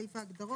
סעיף ההגדרות.